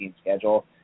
schedule